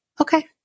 Okay